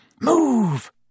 move